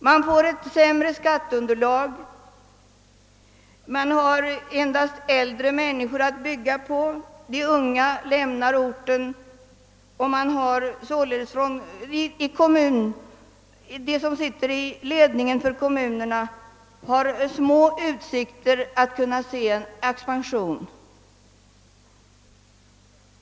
De får ett mindre skatteunderlag, de har endast äldre människor att bygga på, de unga lämnar orten. De som sitter i ledningen för kommunerna har små utsikter att emotse någon expansion.